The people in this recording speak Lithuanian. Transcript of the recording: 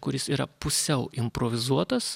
kuris yra pusiau improvizuotas